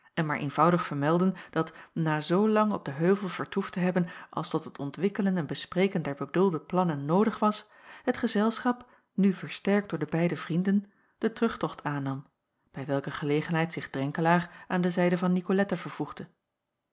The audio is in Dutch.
en maar eenvoudig vermelden dat na zoolang op den heuvel vertoefd te hebben als tot het ontwikkelen en bespreken der bedoelde plannen noodig was het gezelschap nu versterkt door de beide vrienden den terugtocht aannam bij welke gelegenheid zich drenkelaer aan de zijde van nicolette vervoegde